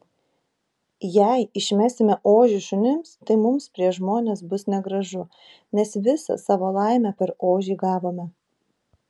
jei išmesime ožį šunims tai mums prieš žmones bus negražu nes visą savo laimę per ožį gavome